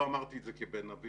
לא אמרתי את זה כבן נביא,